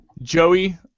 Joey